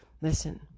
listen